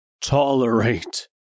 tolerate